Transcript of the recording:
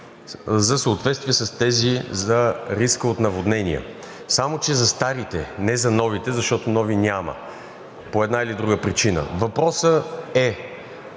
за съответствие с тези за риска от наводнения, само че за старите, не за новите, защото нови няма по една или друга причина. Аз се